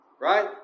Right